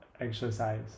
exercise